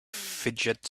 fidget